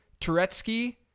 turetsky